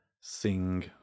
Sing